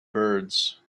birds